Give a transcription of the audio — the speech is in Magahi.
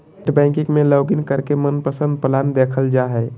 नेट बैंकिंग में लॉगिन करके मनपसंद प्लान देखल जा हय